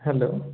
hello